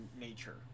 nature